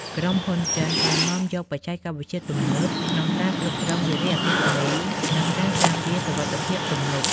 ក្រុមហ៊ុនចិនបាននាំយកបច្ចេកវិទ្យាទំនើបក្នុងការគ្រប់គ្រងវារីអគ្គិសនី និងការការពារសុវត្ថិភាពទំនប់។